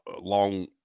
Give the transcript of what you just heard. long